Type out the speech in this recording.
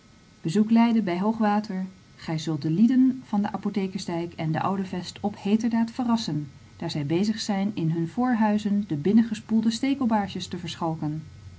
bezoek leiden bij hoog water gij zult de lieden van den apothekersdijk en de oude vest op heeterdaad verrassen daar zij bezig zijn in hunne voorhuizen de binnengespoelde stekelbaarsjes te verschalken